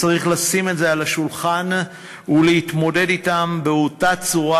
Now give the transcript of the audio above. צריך לשים את זה על השולחן ולהתמודד אתם באותה צורה